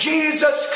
Jesus